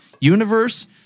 universe